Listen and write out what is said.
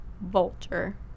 Vulture